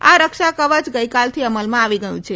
આ રક્ષા કવચ ગઇકાલથી અમલમાં આવી ગયું છે